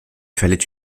fallait